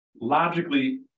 Logically